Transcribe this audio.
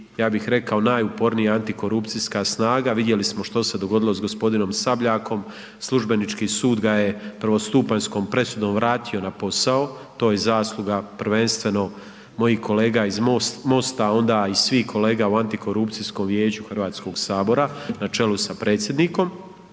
ja bih rekao najupornija antikorupcijska snaga, vidjeli smo što se dogodilo s g. Sabljakom, službenički sud ga je prvostupanjskom presudom vratio na posao, to je zasluga prvenstveno mojih kolega iz MOST-a, onda i svih kolega u Antikorupcijskom vijeću HS na čelu sa predsjednikom,